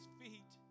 feet